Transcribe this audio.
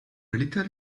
little